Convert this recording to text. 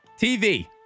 TV